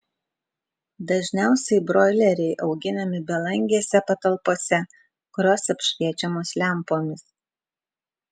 dažniausiai broileriai auginami belangėse patalpose kurios apšviečiamos lempomis